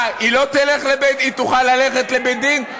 מה, היא לא תלך לבית, היא תוכל ללכת לבית-דין?